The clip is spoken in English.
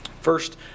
First